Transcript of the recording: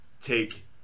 take